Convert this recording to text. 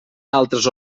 altres